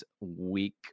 week